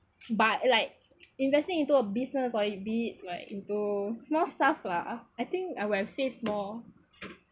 but like investing into a business or it be like into small stuff lah I think I would've saved more